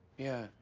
yeah.